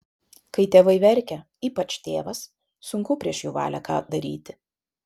kai tėvai verkia ypač tėvas sunku prieš jų valią ką daryti